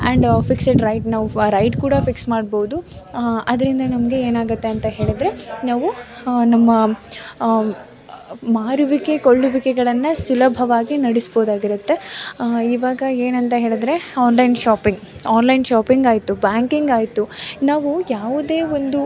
and fixed right now for right ಕೂಡ fix ಮಾಡ್ಬೌದು ಅದರಿಂದ ನಮಗೆ ಏನಾಗುತ್ತೆ ಅಂತ ಹೇಳಿದರೆ ನಾವು ಹ ನಮ್ಮ ಮಾರುವಿಕೆ ಕೊಳ್ಳುವಿಕೆಗಳನ್ನು ಸುಲಭವಾಗಿ ನಡೆಸ್ಬೋದಾಗಿರುತ್ತೆ ಈವಾಗ ಏನಂತ ಹೇಳಿದರೆ ಆನ್ಲೈನ್ ಶಾಪಿಂಗ್ ಆನ್ಲೈನ್ ಶಾಪಿಂಗ್ ಆಯಿತು ಬ್ಯಾಂಕಿಂಗ್ ಆಯಿತು ನಾವು ಯಾವುದೇ ಒಂದು